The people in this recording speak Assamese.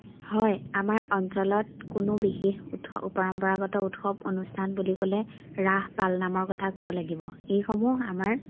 হয় আমাৰ অঞ্চলত কোনো বিশেষ পৰম্পৰাগত উৎসৱ অনুষ্ঠান বুলি ক'লে ৰাস পালনামৰ কথা ক'ব লাগিব এইসমূহ আমাৰ